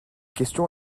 question